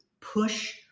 push